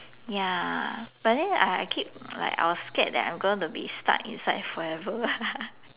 ya but then I I keep like I was scared that I'm gonna be stuck inside forever